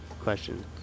question